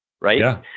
Right